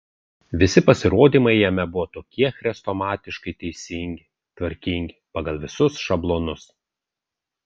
visi pasirodymai jame buvo tokie chrestomatiškai teisingi tvarkingi pagal visus šablonus